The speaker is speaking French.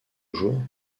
jours